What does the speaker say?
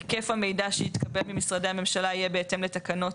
היקף המידע שיתקבל ממשרדי הממשלה יהיה בהתאם לתקנות